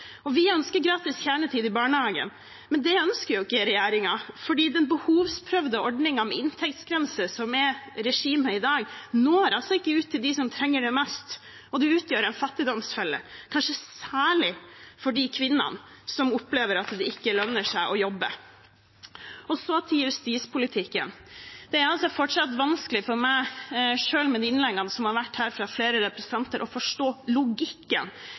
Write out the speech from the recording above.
Vi ønsker gratis kjernetid i barnehagen, men det ønsker ikke regjeringen, for den behovsprøvde ordningen med inntektsgrense, som er regimet i dag, når ikke ut til dem som trenger det mest, og det utgjør en fattigdomsfelle, kanskje særlig for de kvinnene som opplever at det ikke lønner seg å jobbe. Så til justispolitikken: Det er fortsatt vanskelig for meg – selv med de innleggene som har blitt holdt her fra flere representanter – å forstå logikken